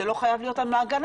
זה לא חייב להיות על מעגנה.